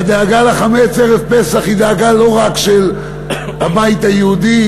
והדאגה לחמץ בערב פסח היא דאגה לא רק של הבית היהודי,